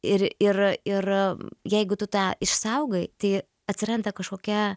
ir ir ir jeigu tu tą išsaugoji tai atsiranda kažkokia